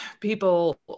people